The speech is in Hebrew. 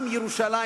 גם ירושלים,